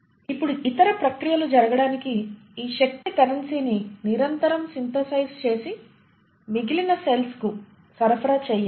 ఇప్పుడు ఇతర ప్రక్రియలు జరగడానికి ఈ శక్తి కరెన్సీని నిరంతరం సింథసైజ్ చేసి మిగిలిన సెల్స్ కు సరఫరా చేయాలి